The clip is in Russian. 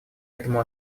этому